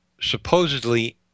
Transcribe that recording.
supposedly